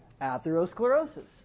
atherosclerosis